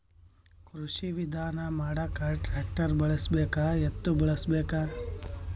ಕೃಷಿ ವಿಧಾನ ಮಾಡಾಕ ಟ್ಟ್ರ್ಯಾಕ್ಟರ್ ಬಳಸಬೇಕ, ಎತ್ತು ಬಳಸಬೇಕ?